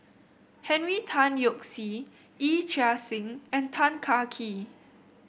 Henry Tan Yoke See Yee Chia Hsing and Tan Kah Kee